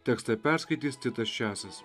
tekstą perskaitys titas česas